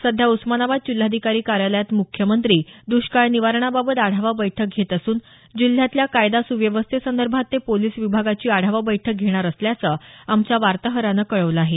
सध्या उस्मानाबाद जिल्हाधिकारी कार्यालयात मुख्यमंत्री दुष्काळ निवारणाबाबत आढावा बैठक घेत असून जिल्ह्यातल्या कायदा सुव्यवस्थेसंदर्भात ते पोलिस विभागाची आढावा बैठक घेणार असल्याचं आमच्या वार्ताहरानं कळवलं आहे